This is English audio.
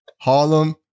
Harlem